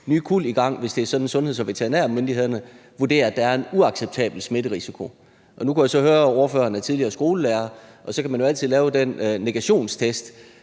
nye kuld i gang, hvis det er sådan, at sundheds- og veterinærmyndighederne vurderer, at der er en uacceptabel smitterisiko. Nu kunne jeg så høre, at ordføreren er tidligere skolelærer, og så kan man jo altid lave en negationstest